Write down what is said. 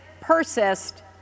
persist